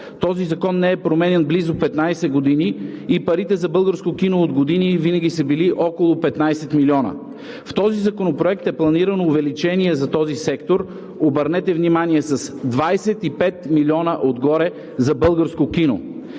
който не е променян близо 15 години и парите за българско кино от години винаги са били около 15 милиона. В Законопроекта е планирано увеличение за този сектор, обърнете внимание, с 25 милиона отгоре за българско кино.